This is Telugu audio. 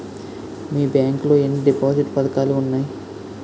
మీ బ్యాంక్ లో ఎన్ని డిపాజిట్ పథకాలు ఉన్నాయి?